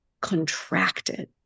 contracted